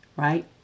Right